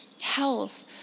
health